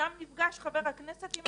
שם נפגש חבר הכנסת עם האסיר.